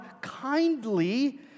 kindly